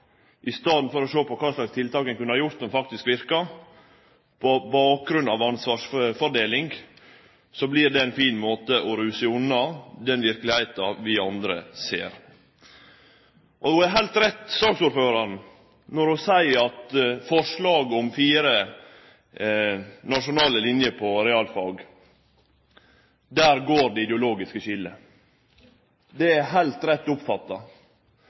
i staden for å sjå på kva slags tiltak ein kunne ha gjort som faktisk verkar, på bakgrunn av ansvarsfordeling, vert det ein fin måte å ro seg unna den verkelegheita vi andre ser. Saksordføraren har heilt rett i det ho seier om forslaget om fire nasjonale skular innan realfag. Der går det eit ideologisk skilje. Det er heilt rett oppfatta.